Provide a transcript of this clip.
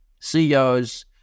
CEOs